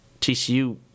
TCU